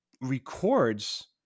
records